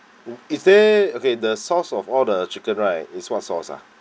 is there okay the sauce of all the chicken right is what sauce ah